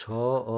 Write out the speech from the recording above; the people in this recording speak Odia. ଛଅ